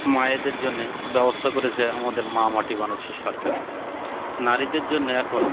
ময়েদের জন্যে ব্যবস্থা করেছে আমাদের মা মাটি বানাচ্ছে সরকার নারীদের জন্যে এখন